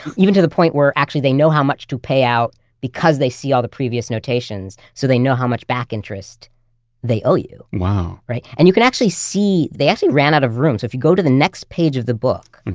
even to the point where actually they know how much to pay out because they see all the previous notations, so they know how much back interest they owe you wow right, and you can actually see, they actually ran out of room. if you go to the next page of the book, and